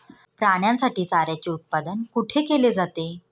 प्राण्यांसाठी चाऱ्याचे उत्पादन कुठे केले जाते?